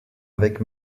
avec